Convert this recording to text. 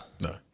no